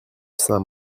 saint